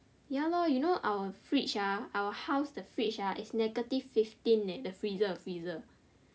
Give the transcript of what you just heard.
ya lor you know ah our fridge ah our house the fridge ah it's negative fifteen leh the freezer freezer